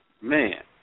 man